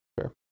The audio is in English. Sure